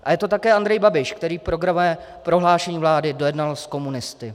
A je to také Andrej Babiš, který programové prohlášení vlády dojednal s komunisty.